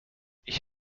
ich